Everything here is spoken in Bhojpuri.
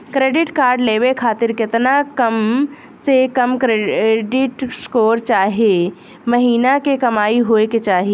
क्रेडिट कार्ड लेवे खातिर केतना कम से कम क्रेडिट स्कोर चाहे महीना के कमाई होए के चाही?